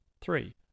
Three